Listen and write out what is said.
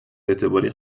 اعتباری